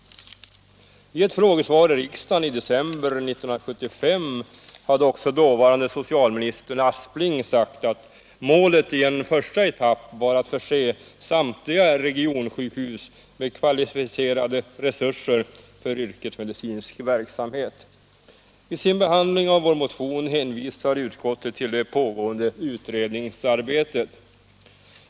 I ett frågesvar i riksdagen i december 1975 hade också dåvarande socialministern Aspling sagt att målet i en första etapp var att förse samtliga regionsjukhus med kvalificerade resurser för yrkesmedicinsk verksamhet. I sin behandling av vår motion hänvisade utskottet till det pågående utredningsarbetet.